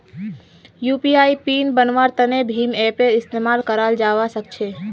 UPI PIN बन्वार तने भीम ऐपेर इस्तेमाल कराल जावा सक्छे